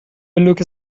بلوک